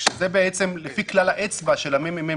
לפי כלל האצבע של הממ"מ,